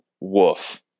Woof